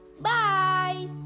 bye